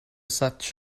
such